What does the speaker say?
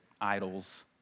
Idols